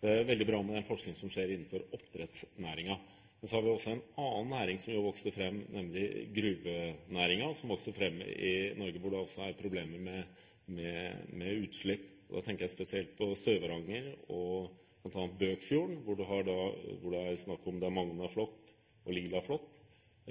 Det er veldig bra med den forskningen som skjer innenfor oppdrettsnæringen. Men så har vi også en annen næring som vokser fram i Norge, nemlig gruvenæringen, hvor det er problemer med utslipp. Da tenker jeg spesielt på Sør-Varanger og bl.a. Bøkfjorden, hvor det er snakk om magnafloc og lilaflot.